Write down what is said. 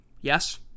Yes